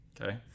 okay